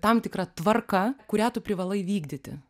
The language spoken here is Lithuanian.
tam tikra tvarka kurią tu privalai vykdyti